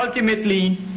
Ultimately